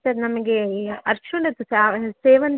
sir ನಮಗೆ ಈ